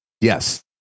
yes